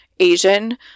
Asian